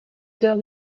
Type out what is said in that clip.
odeur